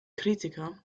kritiker